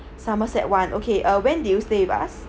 somerset one okay uh when did you stay with us